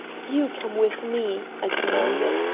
you come with me! i commanded.